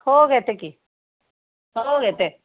हो घेते की हो घेते